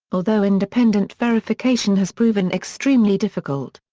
although independent verification has proven extremely difficult.